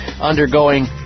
undergoing